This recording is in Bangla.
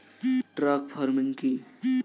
ট্রাক ফার্মিং কি?